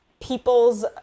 people's